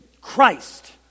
Christ